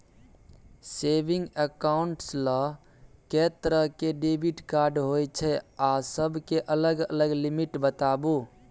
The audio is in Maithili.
सेविंग एकाउंट्स ल के तरह के डेबिट कार्ड होय छै आ सब के अलग अलग लिमिट बताबू?